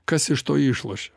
kas iš to išlošia